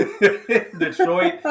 Detroit